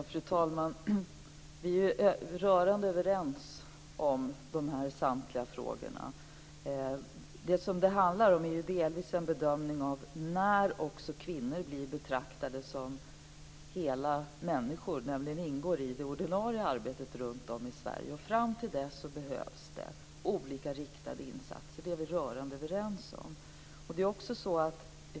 Fru talman! Vi är rörande överens om samtliga de här frågorna. Det som det handlar om är delvis en bedömning av när också kvinnor blir betraktade som hela människor, nämligen ingår i det ordinarie arbetet runtom i Sverige. Fram till dess behövs det olika riktade insatser. Det är vi rörande överens om.